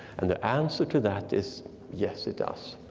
and the answer to that is yes, it does.